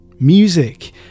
Music